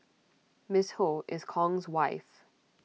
miss ho is Kong's wife